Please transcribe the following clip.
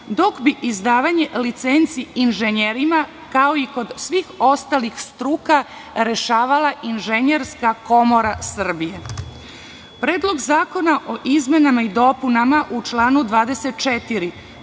dok bi izdavanje licenci inženjerima, kao i kod svih ostalih struka, rešavala Inženjerska komora Srbije. Predlog zakona o izmenama i dopunama u članu 24.